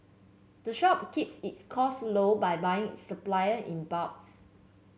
the shop keeps its costs low by buying its supply in bulks